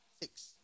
Six